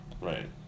Right